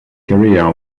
career